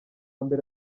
mbere